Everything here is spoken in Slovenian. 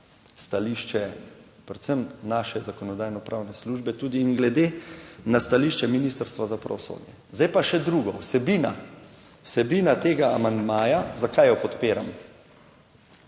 stališče predvsem naše Zakonodajno-pravne službe tudi in glede na stališče Ministrstva za pravosodje. Zdaj pa še drugo. Vsebina, vsebina tega amandmaja. Zakaj jo podpiramo?